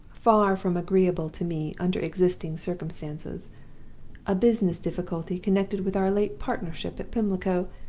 far from agreeable to me under existing circumstances a business difficulty connected with our late partnership at pimlico,